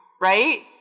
Right